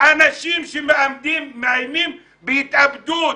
אנשים שמאיימים בהתאבדות,